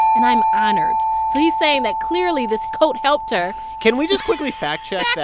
and i'm honored. so he's saying that, clearly, this coat helped her can we just quickly fact-check but